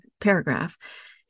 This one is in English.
paragraph